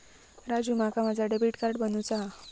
राजू, माका माझा debit card बनवूचा हा